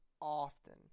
often